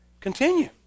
continue